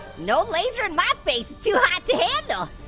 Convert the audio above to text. no laser in my face, too hot to handle!